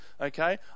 Okay